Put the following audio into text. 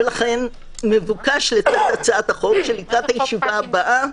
לכן מבוקש שלקראת הישיבה הבאה